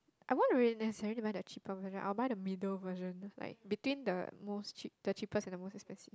I won't really necessarily buy the cheaper version I will buy the middle version like between the most cheap the cheapest and the most expensive